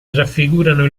raffigurano